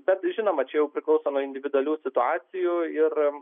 bet žinoma čia jau priklauso nuo individualių situacijų ir